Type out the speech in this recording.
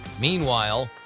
meanwhile